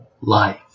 life